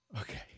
Okay